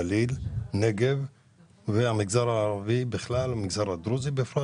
גליל, נגב והמגזר הערבי בכלל, המגזר הדרוזי בפרט.